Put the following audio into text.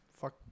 Fuck